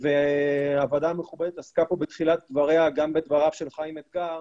הוועדה המכובדת עסקה בתחילת דבריה - גם בדבריו של חיים אתגר